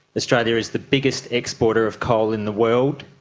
australia is the biggest exporter of coal in the world.